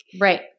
Right